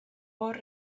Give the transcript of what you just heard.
hor